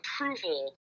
approval